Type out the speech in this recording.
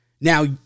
Now